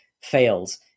fails